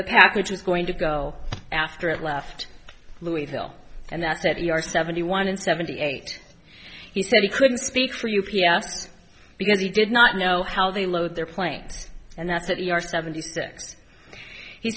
the package was going to go after it left louisville and that's it you are seventy one and seventy eight he said he couldn't speak for you piastres because he did not know how they load their planes and that's it you are seventy